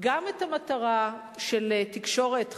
את המטרה של תקשורת חיה,